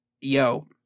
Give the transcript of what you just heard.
Yo